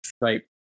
right